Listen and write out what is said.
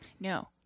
No